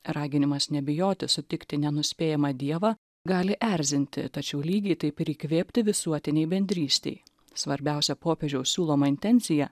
raginimas nebijoti sutikti nenuspėjamą dievą gali erzinti tačiau lygiai taip ir įkvėpti visuotinei bendrystei svarbiausia popiežiaus siūloma intencija